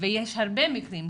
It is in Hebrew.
ויש הרבה מקרים כאלה.